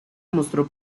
mostró